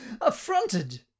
Affronted